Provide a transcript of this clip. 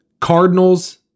Cardinals